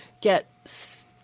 get